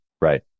Right